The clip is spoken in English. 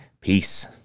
Peace